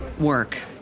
work